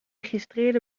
registreerde